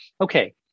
Okay